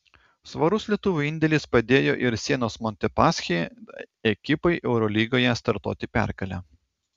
svarus lietuvių indėlis padėjo ir sienos montepaschi ekipai eurolygoje startuoti pergale